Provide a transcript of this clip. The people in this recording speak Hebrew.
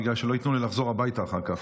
בגלל שלא ייתנו לי לחזור הביתה אחר כך,